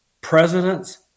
Presidents